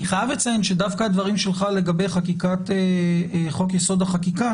אני חייב לציין שדווקא הדברים שלך לגבי חקיקת חוק-יסוד: החקיקה